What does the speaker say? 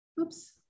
oops